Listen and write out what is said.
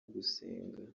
gusenga